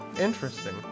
Interesting